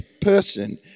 person